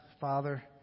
Father